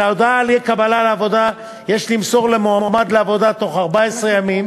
את ההודעה על אי-קבלה לעבודה יש למסור למועמד לעבודה בתוך 14 ימים